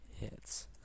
Hits